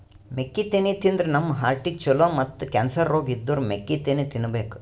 ಮೆಕ್ಕಿತೆನಿ ತಿಂದ್ರ್ ನಮ್ ಹಾರ್ಟಿಗ್ ಛಲೋ ಮತ್ತ್ ಕ್ಯಾನ್ಸರ್ ರೋಗ್ ಇದ್ದೋರ್ ಮೆಕ್ಕಿತೆನಿ ತಿನ್ಬೇಕ್